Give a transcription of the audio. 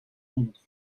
montre